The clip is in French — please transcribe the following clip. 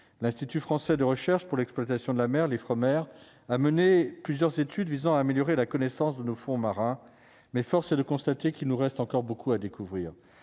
l'Institut français de recherche pour l'exploitation de la mer, les Frommer a mené plusieurs études visant à améliorer la connaissance de nos fonds marins mais force de constater qu'il nous reste encore beaucoup à découvrir,